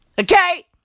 Okay